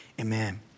amen